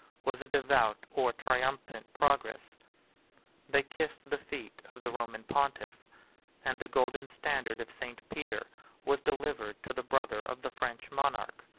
was a devout or triumphant progress they kissed the feet of the roman pontiff and the golden standard of st. peter was delivered to the brother of the french monarch.